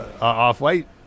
off-white